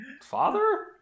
father